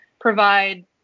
provide